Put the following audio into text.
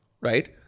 right